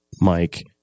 mike